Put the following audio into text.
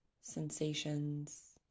sensations